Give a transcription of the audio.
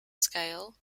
scale